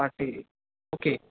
party okay